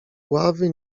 ławy